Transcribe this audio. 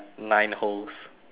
nine holes